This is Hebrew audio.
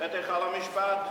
את היכל המשפט?